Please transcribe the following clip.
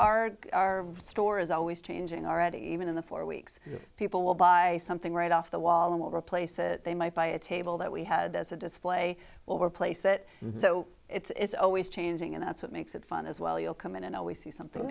our our store is always changing already even in the four weeks people will buy something right off the wall and over a place that they might buy a table that we had as a display or place it so it's always changing and that's what makes it fun as well you'll come in and we see something